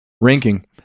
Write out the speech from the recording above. ranking